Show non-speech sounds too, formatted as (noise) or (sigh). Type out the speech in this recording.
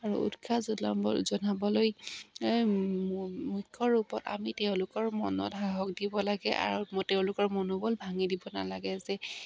আৰু উৎসাহ (unintelligible) জনাবলৈ মুখ্য ৰূপত আমি তেওঁলোকৰ মনত সাহস দিব লাগে আৰু তেওঁলোকৰ মনোবল ভাঙি দিব নালাগে যে